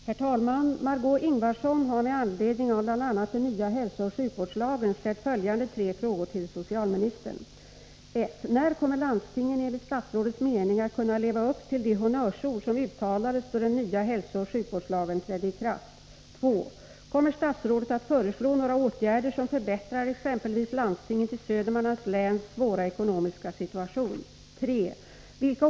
Herr talman! Margé Ingvardsson har med anledning av bl.a. den nya hälsooch sjukvårdslagen ställt följande tre frågor till socialministern. 1. När kommer landstingen enligt statsrådets mening att kunna leva upp till de honnörsord som uttalades då den nya hälsooch sjukvårdslagen trädde i kraft? 2. Kommer statsrådet att föreslå några åtgärder som förbättrar exempelvis landstingets i Södermanlands län svåra ekonomiska situation?